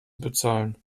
bezahlen